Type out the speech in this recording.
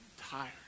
tired